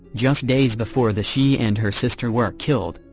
just days before the she and her sister were killed,